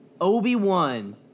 Obi-Wan